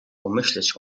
pomyśleć